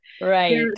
Right